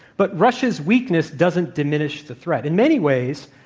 but russia's weakness doesn't diminish the threat. in many ways,